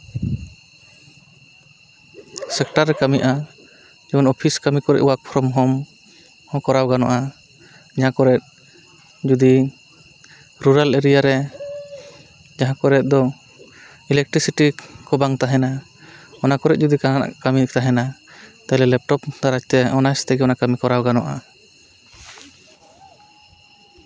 sector ᱨᱮ ᱠᱟᱹᱢᱤᱜᱼᱟ ᱡᱮᱢᱚᱱ ᱚᱯᱷᱤᱥ ᱠᱟᱹᱢᱤ ᱠᱚᱨᱮ ᱚᱣᱟᱨᱠ ᱯᱷᱨᱚᱢ ᱦᱳᱢ ᱦᱚᱸ ᱠᱚᱨᱟᱣ ᱜᱟᱱᱚᱜᱼᱟ ᱤᱱᱟᱹ ᱠᱚᱨᱮ ᱡᱩᱫᱤ ᱨᱩᱨᱟᱞ ᱮᱨᱤᱭᱟ ᱨᱮ ᱡᱟᱦᱟᱸ ᱠᱚᱨᱮ ᱫᱚ ᱤᱞᱮᱠᱴᱨᱤ ᱥᱤᱴᱤ ᱠᱚ ᱵᱟᱝ ᱛᱟᱦᱮᱱᱟ ᱚᱱᱟ ᱠᱚᱨᱮ ᱡᱩᱫᱤ ᱡᱟᱦᱟᱸ ᱱᱟᱜ ᱠᱟᱹᱢᱤ ᱛᱟᱦᱮᱱᱟ ᱛᱟᱦᱚᱞᱮ ᱞᱮᱯᱴᱚᱯ ᱫᱟᱨᱟᱭ ᱛᱮ ᱚᱱᱟ ᱛᱮᱜᱮ ᱚᱱᱟ ᱠᱟᱹᱢᱤ ᱠᱚᱨᱟᱣ ᱜᱟᱱᱚᱜᱼᱟ